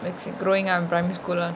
it's uh growing up in primary school lah